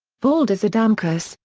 valdas adamkus,